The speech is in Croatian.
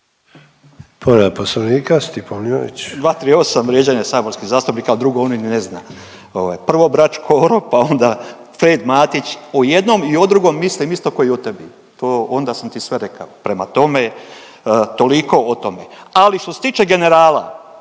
tome. **Mlinarić, Stipo (DP)** 238. Vrijeđanje saborskih zastupnika. A drugo on ni ne zna. Prvo brat Škoro, pa onda Fred Matić. O jednom i o drugom mislim isto ko i o tebi, onda sam ti sve rekao. Prema tome, toliko o tome. Ali što se tiče generala